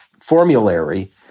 formulary